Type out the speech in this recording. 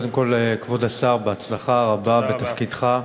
קודם כול, כבוד השר, בהצלחה רבה בתפקידך.